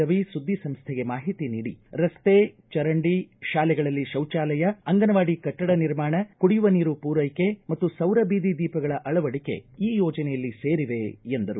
ರವಿ ಸುದ್ದಿ ಸಂಸ್ಥೆಗೆ ಮಾಹಿತಿ ನೀಡಿ ರಸ್ತೆ ಚರಂಡಿ ಶಾಲೆಗಳಲ್ಲಿ ಶೌಜಾಲಯ ಅಂಗನವಾಡಿ ಕಟ್ಟಡ ನಿರ್ಮಾಣ ಕುಡಿಯುವ ನೀರು ಪೂರೈಕೆ ಮತ್ತು ಸೌರ ಬೀದಿ ದೀಪಗಳ ಅಳವಡಿಕೆ ಈ ಯೋಜನೆಯಲ್ಲಿ ಸೇರಿವೆ ಎಂದರು